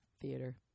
theater